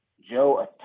Joe